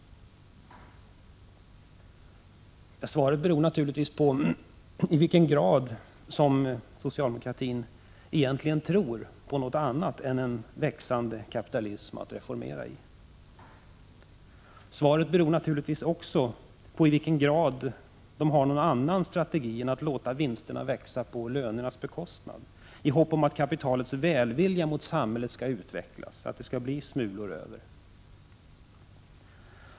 Svaret beror naturligtvis på i vilken grad socialdemokraterna egentligen tror på något annat än en tillväxande kapitalism att reformera i. Svaret beror naturligtvis också på i vilken grad de har någon annan strategi än att låta vinsterna växa på lönernas bekostnad i hopp om att kapitalets välvilja mot samhället skall utvecklas, att det skall bli smulor över.